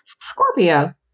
Scorpio